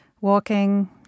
walking